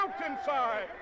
mountainside